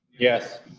yes.